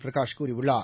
பிரகாஷ் கூறியுள்ளார்